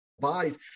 bodies